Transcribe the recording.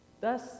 Thus